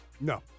No